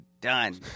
done